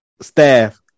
staff